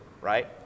right